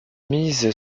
mise